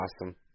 awesome